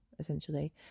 essentially